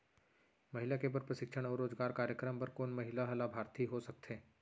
महिला के बर प्रशिक्षण अऊ रोजगार कार्यक्रम बर कोन महिला ह लाभार्थी हो सकथे?